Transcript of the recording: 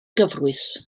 gyfrwys